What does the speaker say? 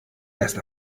erst